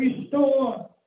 restore